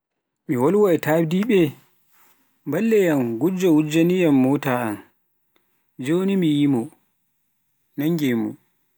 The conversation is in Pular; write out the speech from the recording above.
Mi wolwa e tadiɓe balliteyam, gojjo wujjaniyam motaawa an, joni mi yiie mo, nange mo.